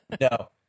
No